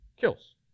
Kills